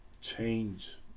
change